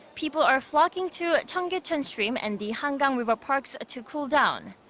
people are flocking to cheonggyecheon stream and the hangang river parks to cool down.